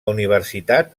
universitat